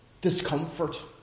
Discomfort